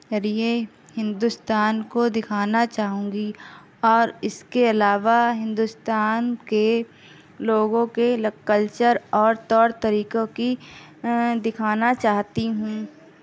ذریعے ہندوستان کو دکھانا چاہوں گی اور اس کے علاوہ ہندوستان کے لوگوں کے کلچر اور طور طریقوں کی دکھانا چاہتی ہوں